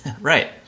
right